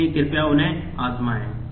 इसलिए कृपया उन्हें आज़माएँ